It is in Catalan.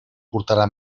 portarà